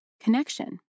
connection